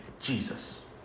Jesus